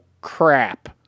crap